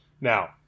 Now